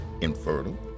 infertile